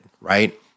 right